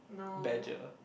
badger